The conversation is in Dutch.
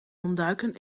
ontduiken